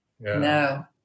No